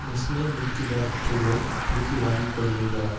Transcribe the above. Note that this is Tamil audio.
நெஸ்லே மில்கி பார் சூவை திருப்பி வாங்கிக் கொள்வீர்களா